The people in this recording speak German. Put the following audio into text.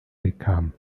bekam